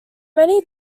many